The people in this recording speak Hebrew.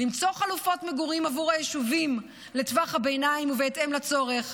למצוא חלופות מגורים עבור היישובים לטווח הביניים ובהתאם לצורך,